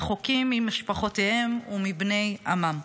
רחוקים ממשפחותיהם ומבני עמם.